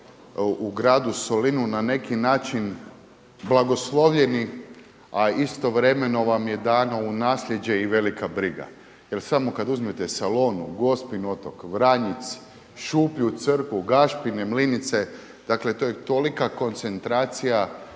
u gradu Solinu na neki način blagoslovljeni, a istovremeno vam je dano u nasljeđe i velika briga. Jer samo kad uzmete Salonu, Gospin otok, Vranjic, Šuplju crkvu, Gašpine mlinice dakle to je tolika koncentracija